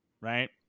right